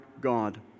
God